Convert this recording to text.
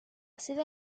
sede